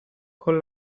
con